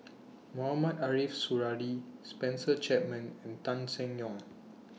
Mohamed Ariff Suradi Spencer Chapman and Tan Seng Yong